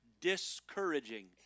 discouraging